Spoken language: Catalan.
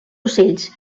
ocells